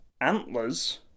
Antlers